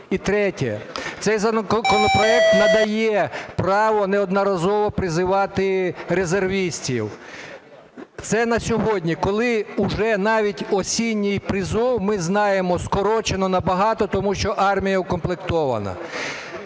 І третє. Цей законопроект надає право неодноразово призивати резервістів. Це на сьогодні, коли уже навіть осінній призов скорочено набагато, тому що армія укомплектована.